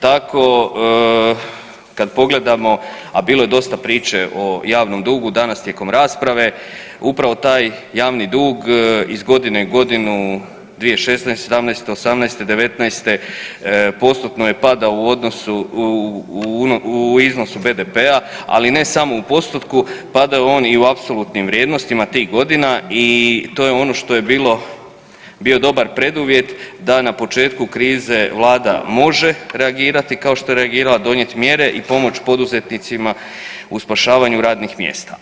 Tako kad pogledamo, a bilo je dosta priče o javnom dugu danas tijekom rasprave, upravo taj javni dug iz godine u godinu, 2016., 2017., 2018., 2019. postotno je padao u iznosu BDP-a, ali ne samo u postotku, padao je on i u apsolutnim vrijednostima tih godina i to je ono što je bio dobar preduvjet da na početku krize Vlada može reagirati kao što je reagirala, donijet mjere i pomoć poduzetnicima u spašavanju radnih mjesta.